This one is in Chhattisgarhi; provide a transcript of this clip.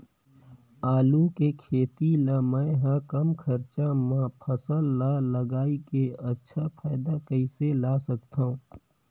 आलू के खेती ला मै ह कम खरचा मा फसल ला लगई के अच्छा फायदा कइसे ला सकथव?